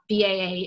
BAA